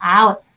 out